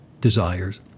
desires